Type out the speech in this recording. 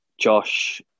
Josh